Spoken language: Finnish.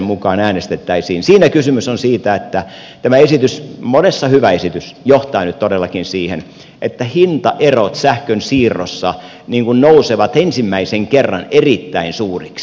siinä kysymys on siitä että tämä esitys monessa hyvä esitys johtaa nyt todellakin siihen että hintaerot sähkönsiirrossa nousevat ensimmäisen kerran erittäin suuriksi